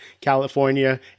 California